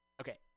Okay